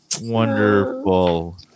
Wonderful